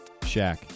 Shaq